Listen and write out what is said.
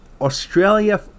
Australia